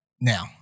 now